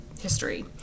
history